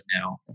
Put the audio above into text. now